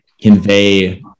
convey